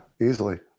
Easily